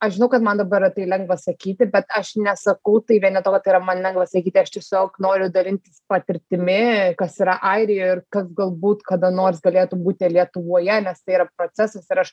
aš žinau kad man dabar tai lengva sakyti bet aš nesakau tai vien dėl to kad tai yra man lengva sakyti aš tiesiog noriu dalintis patirtimi kas yra airijoj ir kas galbūt kada nors galėtų būti lietuvoje nes tai yra procesas ir aš